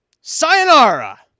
Sayonara